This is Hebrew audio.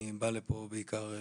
אני בא לפה בעיקר לשמוע,